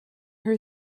her